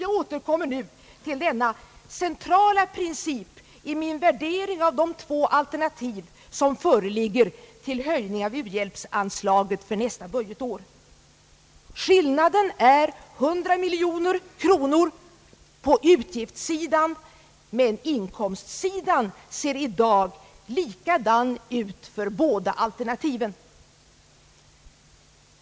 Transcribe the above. Jag återkommer nu till denna centrala princip i min värdering av de två al ternativ som föreligger till höjning av u-hjälpsanslaget för nästa budgetår. Skillnaden är 100 miljoner kronor på utgiftssidan, men inkomstsidan ser i dag likadan ut för båda alternativen.